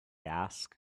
ask